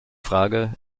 frage